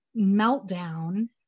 meltdown